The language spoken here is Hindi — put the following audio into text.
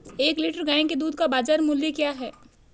एक लीटर गाय के दूध का बाज़ार मूल्य क्या है?